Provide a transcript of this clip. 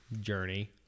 journey